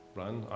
run